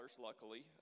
luckily